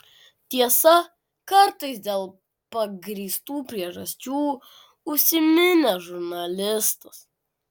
tiesa kartais dėl pagrįstų priežasčių užsiminė žurnalistas